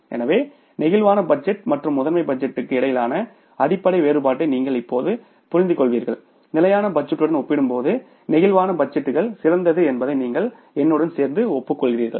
எனவே flexible budget மற்றும் master பட்ஜெட்டுக்கு இடையிலான அடிப்படை வேறுபாட்டை நீங்கள் இப்போது புரிந்துகொள்வீர்கள் ஸ்டாடிக் பட்ஜெட்டுடன் ஒப்பிடும்போது பிளேக்சிபிள் பட்ஜெட்டுகள் சிறந்த என்பதை நீங்கள் என்னுடன் சேர்ந்து ஒப்புக்கொள்வீர்கள்